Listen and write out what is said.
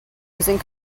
using